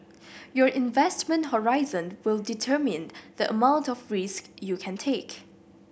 your investment horizon will determine the amount of risk you can take